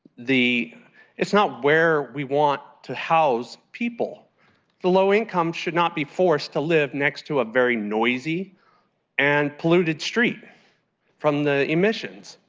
it's not where we want to house people. the low income should not be forced to live next to a very noisy and polluted street from the omissions.